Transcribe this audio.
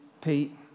Pete